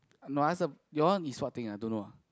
no I ask the your one is what thing ah don't know ah